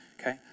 Okay